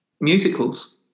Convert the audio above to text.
musicals